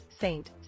Saint